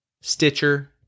Stitcher